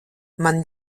man